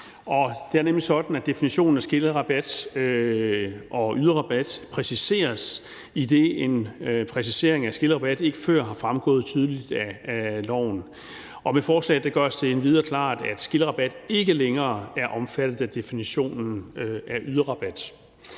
Det er nemlig sådan, at definitionen af skillerabat og yderrabat præciseres, idet en præcisering af skillerabat ikke før er fremgået tydeligt af loven. Med forslaget gøres det endvidere klart, at skillerabat ikke længere er omfattet af definitionen af yderrabat.